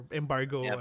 embargo